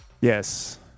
Yes